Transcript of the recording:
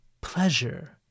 pleasure